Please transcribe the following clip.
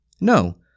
No